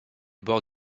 bord